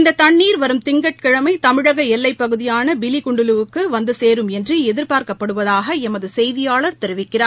இந்ததன்னீர் வரும் திங்கட்கிழமைதமிழகஎல்லைப்பகுதியானபிலிகுண்டுலுவுக்குவந்தசேரும் என்றுஎதிர்பார்க்கப்படுவதாகஎமதுசெய்தியாளர் தெரிவிக்கிறார்